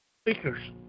speakers